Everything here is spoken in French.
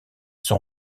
sont